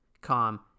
Calm